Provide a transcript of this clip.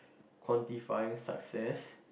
quantifying success